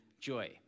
joy